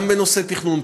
גם בנושא תכנון,